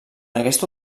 aquesta